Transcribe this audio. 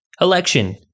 election